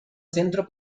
centro